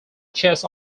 chess